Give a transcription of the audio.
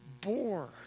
bore